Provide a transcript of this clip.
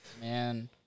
Man